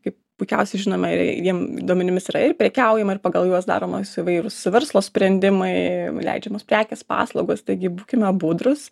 kaip puikiausiai žinome jiem duomenimis yra ir prekiaujama ir pagal juos daromas įvairūs verslo sprendimai leidžiamos prekės paslaugos taigi būkime budrūs